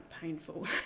painful